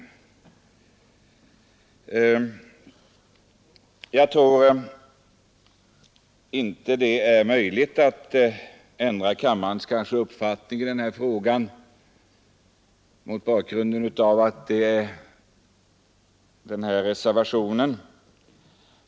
Jag tror inte det är möjligt att ändra kammarens uppfattning i denna fråga och få den att bifalla reservationen.